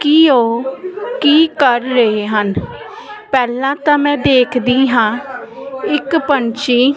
ਕਿ ਉਹ ਕੀ ਕਰ ਰਹੇ ਹਨ ਪਹਿਲਾਂ ਤਾਂ ਮੈਂ ਦੇਖਦੀ ਹਾਂ ਇੱਕ ਪੰਛੀ